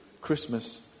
Christmas